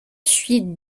suite